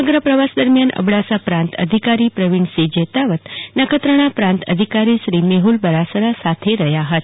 સમગ્ર પ્રવાસ દરમિયાન અબડાસા પ્રાંત અધિકારી પ્રવિણસિંફ જેતાવત નખત્રાણા પ્રાંત અધિકારી શ્રી મેહુલ બરાસરા સાથે રહ્યા હતા